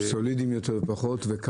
כן,